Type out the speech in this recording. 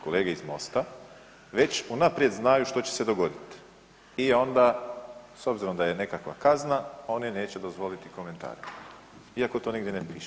Kolege iz MOST-a već unaprijed znaju što će se dogoditi i onda s obzirom da je nekakva kazna oni neće dozvoliti komentare iako to nigdje ne piše.